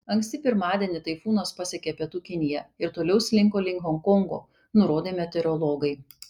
anksti pirmadienį taifūnas pasiekė pietų kiniją ir toliau slinko link honkongo nurodė meteorologai